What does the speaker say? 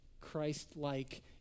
Christ-like